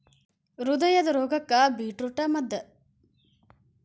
ಹೃದಯದ ರೋಗಕ್ಕ ಬೇಟ್ರೂಟ ಮದ್ದ